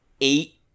eight